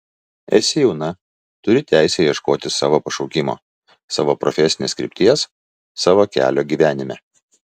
esi jauna turi teisę ieškoti savo pašaukimo savo profesinės krypties savo kelio gyvenime